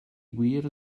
wir